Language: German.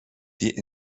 die